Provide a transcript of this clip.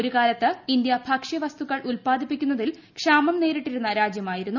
ഒരു കാലത്ത് ഇന്തൃ ഭക്ഷൃ വസ്തുക്കൾ ഉല്പാദിപ്പിക്കുന്നതിൽ ക്ഷാമം നേരിട്ടിരുന്ന രാജ്യമായിരുന്നു